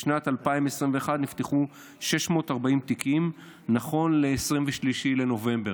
בשנת 2021 נפתחו 640 תיקים, נכון ל-23 בנובמבר.